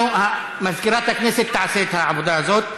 מזכירת הכנסת תעשה את העבודה הזאת.